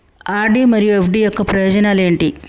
RD మరియు FD యొక్క ప్రయోజనాలు ఏంటి?